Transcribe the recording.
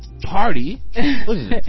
party